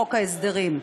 חוק ההסדרים.